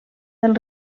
del